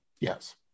Yes